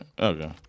Okay